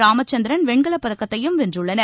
ராமச்சந்திரன் வெண்கலப் பதக்கத்தையும் வென்றுள்ளனர்